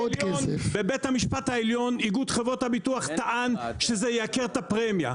בבית המשפט העליון טען איגוד חברות הביטוח שזה ייקר את הפרמיה.